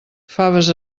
faves